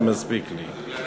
זה מספיק לי.